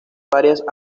varias